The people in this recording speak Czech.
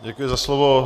Děkuji za slovo.